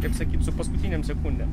kaip sakyt su paskutinėm sekundėm